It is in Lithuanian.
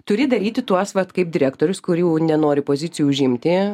turi daryti tuos vat kaip direktorius kurių nenori pozicijų užimti